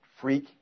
freak